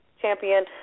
champion